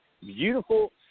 beautiful